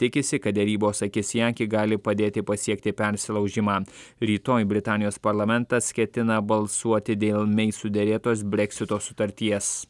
tikisi kad derybos akis į akį gali padėti pasiekti persilaužimą rytoj britanijos parlamentas ketina balsuoti dėl mei suderėtos breksito sutarties